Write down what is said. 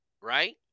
right